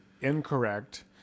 incorrect